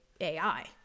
AI